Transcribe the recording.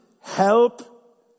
help